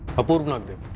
apurva nagdev.